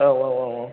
औ औ औ औ